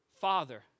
Father